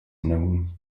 known